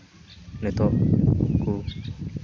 ᱱᱤᱛᱳᱜ ᱠᱚ